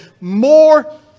more